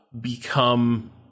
become